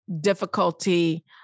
difficulty